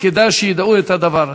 וכדאי שידעו את הדבר הזה.